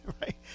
right